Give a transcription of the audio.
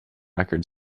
record